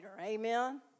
amen